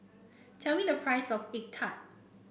tell me the price of egg tart